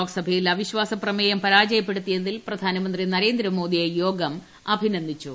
ലോക്സഭയിൽ അവിശ്വാസ പ്രമേയം പരാജയപ്പെടുത്തിയതിൽ പ്രധാനമന്ത്രി നരേന്ദ്ര മോദിയെ യോഗം അഭിനന്ദിച്ചു